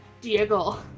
Diego